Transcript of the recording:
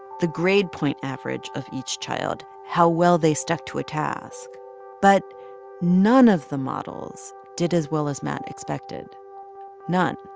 the grade point average of each child, how well they stuck to a task but none of the models did as well as matt expected none.